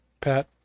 Pat